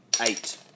eight